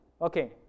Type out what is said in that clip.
okay